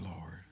Lord